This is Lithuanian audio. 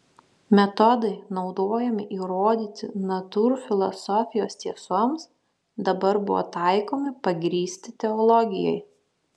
metodai naudojami įrodyti natūrfilosofijos tiesoms dabar buvo taikomi pagrįsti teologijai